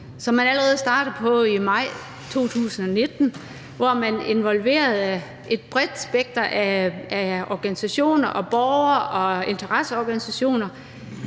som man allerede startede på i maj 2019, hvor man inviterede et bredt spekter af organisationer, interesseorganisationer